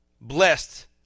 blessed